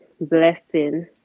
blessing